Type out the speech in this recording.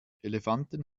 elefanten